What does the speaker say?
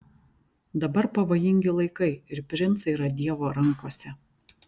dabar pavojingi laikai ir princai yra dievo rankose